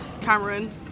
Cameron